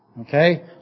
Okay